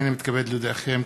הנני מתכבד להודיעכם,